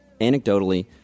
Anecdotally